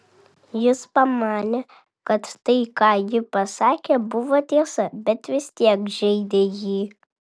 jis pamanė kad tai ką ji pasakė buvo tiesa bet vis tiek žeidė jį